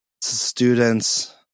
students